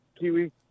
Kiwi